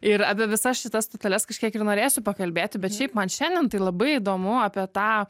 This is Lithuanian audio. ir apie visas šitas stoteles kažkiek ir norėsiu pakalbėti bet šiaip man šiandien tai labai įdomu apie tą